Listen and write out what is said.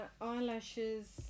eyelashes